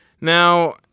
Now